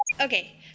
Okay